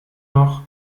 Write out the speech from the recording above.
noch